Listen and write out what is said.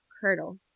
curdle